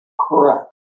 Correct